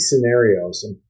scenarios